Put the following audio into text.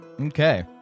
Okay